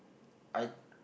I